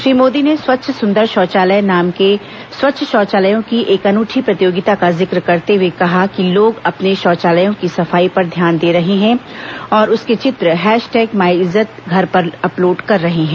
श्री मोदी ने स्वच्छ सुंदर शौचालय नाम के स्वच्छ शौचालयों की एक अनूठी प्रतियोगिता का जिक्र करते हुए कहा कि लोग अपने शौचालयों की सफाई पर ध्यान दे रहे हैं और उसके चित्र हैशटैग माईइज्ज्त घर पर अपलोड कर रहे हैं